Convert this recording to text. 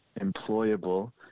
employable